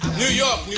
new york,